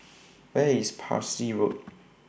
Where IS Parsi Road